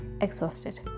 exhausted